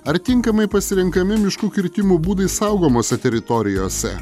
ar tinkamai pasirenkami miškų kirtimo būdai saugomose teritorijose